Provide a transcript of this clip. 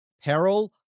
peril